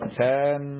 ten